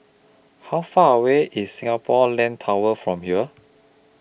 How Far away IS Singapore Land Tower from here